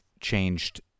changed